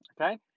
okay